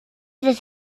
ist